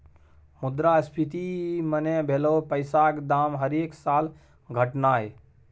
मुद्रास्फीति मने भलौ पैसाक दाम हरेक साल घटनाय